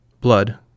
blood